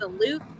salute